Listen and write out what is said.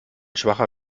schwacher